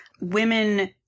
women